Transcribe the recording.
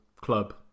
club